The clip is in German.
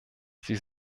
sie